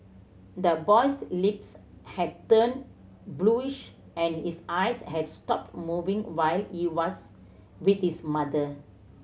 the boy's lips had turned bluish and his eyes had stopped moving while he was with his mother